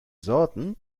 sorten